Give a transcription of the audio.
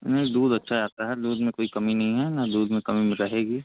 नहीं दूध अच्छा आता है दूध में कोई कमी नहीं है ना दूध में कमी रहेगी